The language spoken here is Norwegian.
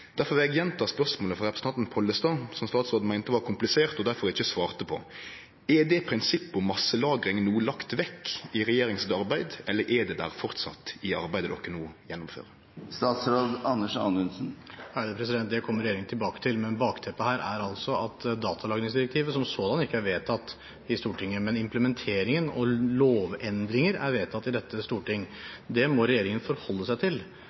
Derfor vil eg gjenta spørsmålet frå representanten Pollestad, som statsråden meinte var komplisert, og derfor ikkje svarte på: Er prinsippet om masselagring no lagt vekk i regjeringa sitt arbeid, eller er det der framleis i det arbeidet ein no gjennomfører? Det kommer regjeringen tilbake til. Bakteppet er at datalagringsdirektivet som sådant ikke er vedtatt i Stortinget, men implementeringen og lovendringer er vedtatt i dette storting. Det må regjeringen forholde seg til,